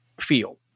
feel